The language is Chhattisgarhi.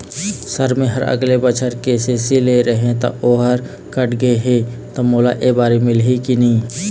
सर मेहर अगले बछर के.सी.सी लेहे रहें ता ओहर कट गे हे ता मोला एबारी मिलही की नहीं?